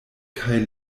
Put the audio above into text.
kaj